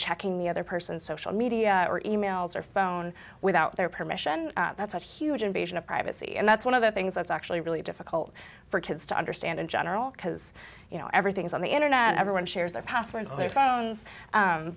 checking the other person social media e mails or phone without their permission that's a huge invasion of privacy and that's one of the things that's actually really difficult for kids to understand in general because you know everything's on the internet everyone shares